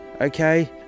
okay